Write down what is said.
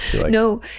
No